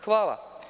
Hvala.